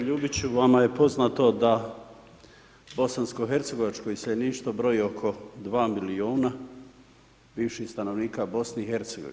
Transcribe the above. Kolega Ljubić, vama je poznato da bosansko hercegovačko iseljeništvo broji oko 2 milijuna bivših stanovnika BIH.